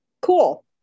Cool